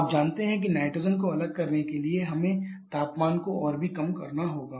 आप जानते हैं कि नाइट्रोजन को अलग करने के लिए हमें तापमान को और भी कम करना होगा